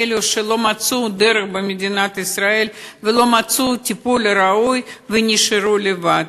על אלו שלא מצאו דרך במדינת ישראל ולא מצאו טיפול ראוי ונשארו לבד.